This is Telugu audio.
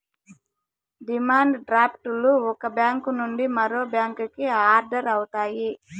డిమాండ్ డ్రాఫ్ట్ లు ఒక బ్యాంక్ నుండి మరో బ్యాంకుకి ఆర్డర్ అవుతాయి